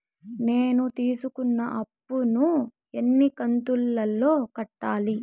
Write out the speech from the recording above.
నేను తీసుకున్న అప్పు ను ఎన్ని కంతులలో కట్టాలి?